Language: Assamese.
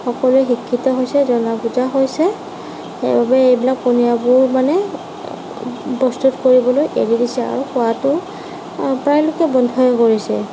সকলো শিক্ষিত হৈছে জনা বুজা হৈছে সেইবাবে এইবিলাক পানীয়বোৰ মানে প্ৰস্তুত কৰিবলৈ এৰি দিছে আৰু খোৱাটো প্ৰায়লোকে বন্ধই কৰিছে